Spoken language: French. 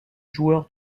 joueur